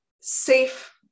safe